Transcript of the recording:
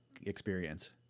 experience